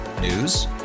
News